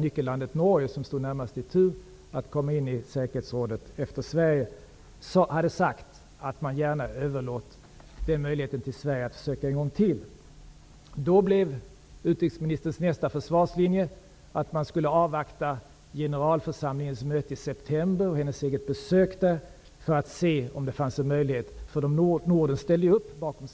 Nyckellandet Norge som stod närmast i tur att komma in i säkerhetsrådet efter Sverige, hade sagt att man gärna överlåter till Sverige möjligheten att försöka en gång till. Då blev utrikesministerns nästa försvarslinje att man skulle avvakta generalförsamlingens möte i september och hennes eget besök där, för att se om det fanns en möjlighet. Sverige fick stöd av Norden